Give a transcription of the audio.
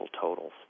totals